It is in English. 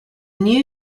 new